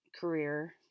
career